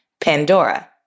Pandora